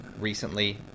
recently